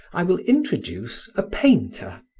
i will introduce a painter,